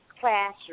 classroom